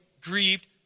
grieved